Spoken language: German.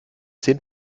zehn